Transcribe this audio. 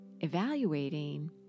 evaluating